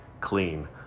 clean